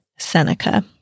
Seneca